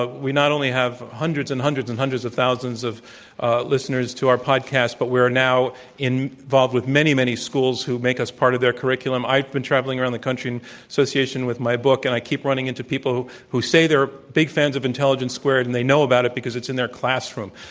but we not only have hundreds, and hundreds, and hundreds of thousands of listeners to our podcasts, but we're now involved with many, many schools, who make us part of their curriculum. i've been traveling around the country in association with my book, and i keep running into people who say they're big fans of intelligence squared and they know about it because it's in their classroom.